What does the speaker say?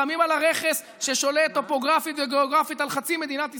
שמים על הרכס ששולט טופוגרפית וגיאוגרפית על חצי מדינת ישראל,